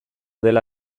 dela